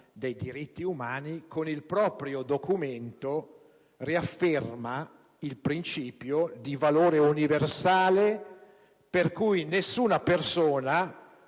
dei diritti umani, con il proprio documento, riafferma il principio di valore universale per cui nessuna persona,